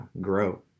grow